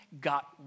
got